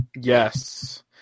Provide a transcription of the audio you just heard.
Yes